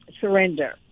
surrender